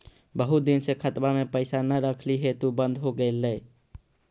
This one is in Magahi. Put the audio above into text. बहुत दिन से खतबा में पैसा न रखली हेतू बन्द हो गेलैय?